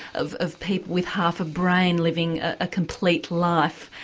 of of people with half a brain living a complete life,